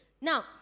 Now